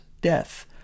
death